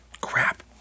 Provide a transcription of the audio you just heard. crap